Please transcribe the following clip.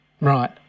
Right